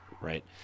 right